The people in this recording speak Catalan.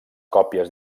còpies